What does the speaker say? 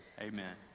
amen